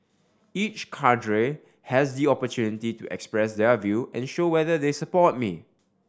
each cadre has the opportunity to express their view and show whether they support me